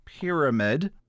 pyramid